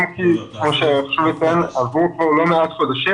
אם כי עברו כבר לא מעט חודשים.